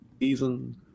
season